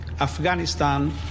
Afghanistan